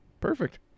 Perfect